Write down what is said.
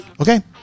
Okay